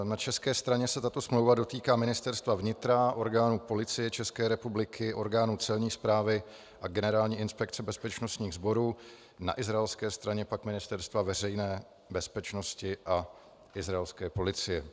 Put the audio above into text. Na české straně se tato smlouva dotýká Ministerstva vnitra, orgánů Policie České republiky, orgánů Celní správy a Generální inspekce bezpečnostních sborů, na izraelské straně pak Ministerstva veřejné bezpečnosti a izraelské policie.